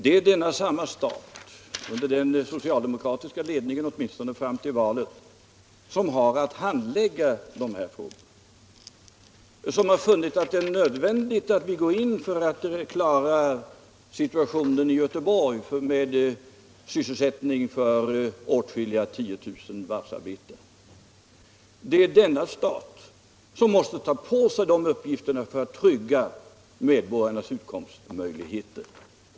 Det gäller den stat — under socialdemokratisk ledning — som har att handlägga dessa frågor och som har funnit att det är nödvändigt att träda in för att klara sysselsättningen i Göteborg för tiotusentals varvsarbetare. Det är staten som måste ta på sig dessa uppgifter för att trygga medborgarnas utkomstmöjligheter.